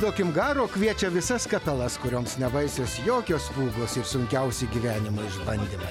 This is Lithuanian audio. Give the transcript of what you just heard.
duokim garo kviečia visas kapelas kurioms nebaisios jokios pūgos ir sunkiausi gyvenimo išbandymai